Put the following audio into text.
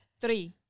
three